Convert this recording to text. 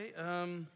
Okay